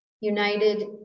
united